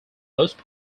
most